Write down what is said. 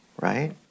Right